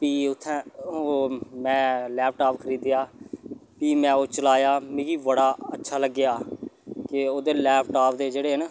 फ्ही उत्थै मैं लैपटाप खरीदेआ फ्ही मैं ओह् चलाया मिगी बड़ा अच्छा लग्गेआ के ओह्दे लैपटाप दे जेह्ड़े न